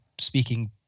speaking